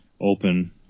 open